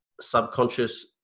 subconscious